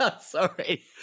Sorry